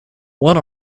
what